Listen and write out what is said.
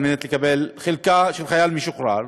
את מתארת לעצמך, צעיר שעושה את הכול,